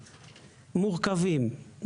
מורכבים,